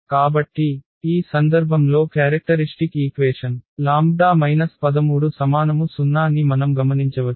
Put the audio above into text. కాబట్టి ఈ సందర్భంలో క్యారెక్టరిష్టిక్ ఈక్వేషన్λ 13 0 ని మనం గమనించవచ్చు